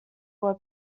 were